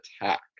attack